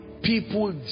people